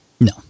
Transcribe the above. No